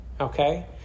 Okay